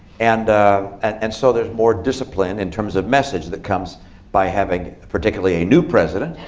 and and and so there's more discipline in terms of message that comes by having particularly a new president